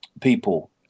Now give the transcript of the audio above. people